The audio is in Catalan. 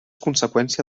conseqüència